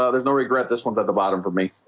ah there's no regret this one's at the bottom for me